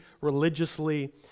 religiously